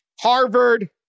Harvard